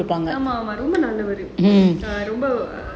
ஆமா ஆமா ரொம்ப நல்லவரு ரொம்ப:aamaa aamaa romba nallavaru romba